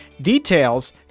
Details